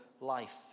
life